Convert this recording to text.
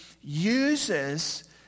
uses